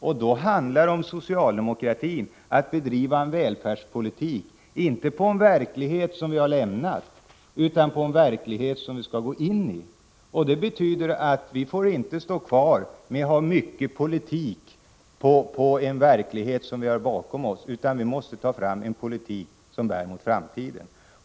Då gäller det för oss inom socialdemokratin att bedriva en välfärdspolitik, som inte bygger på en verklighet som vi lämnat bakom oss utan på den framtid vi möter.